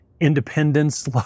independence